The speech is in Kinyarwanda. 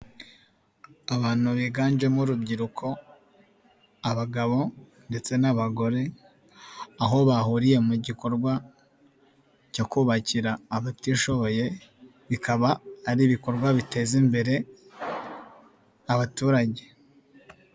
Abantu biganjemo urubyiruko, abagabo ndetse n'abagore, aho bahuriye mu gikorwa cyo kubakira abatishoboye, bikaba ari ibikorwa biteza imbere abaturage.